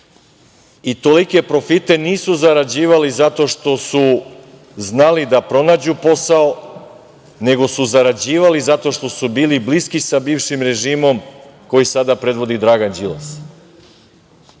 i tolike profite nisu zarađivali zato što su znali da pronađu posao, nego su zarađivali zato što su bili bliski sa bivšim režimom koji sada predvodi Dragan Đilas.